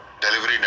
delivery